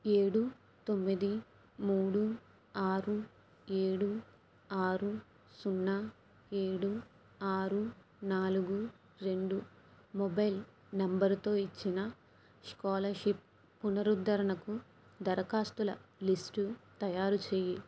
ఏడు తొమ్మిది మూడు ఆరు ఏడు ఆరు సున్నా ఏడు ఆరు నాలుగు రెండు మొబైల్ నంబరుతో ఇచ్చిన స్కాలర్షిప్ పునరుద్ధరణకు దరఖాస్తుల లిస్టు తయారుచేయి